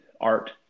art